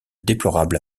déplorable